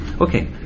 Okay